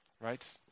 right